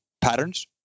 patterns